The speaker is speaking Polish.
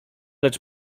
lecz